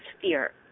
fear